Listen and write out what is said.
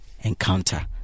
encounter